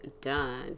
done